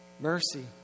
mercy